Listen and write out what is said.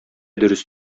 дөрес